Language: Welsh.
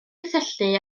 gysylltu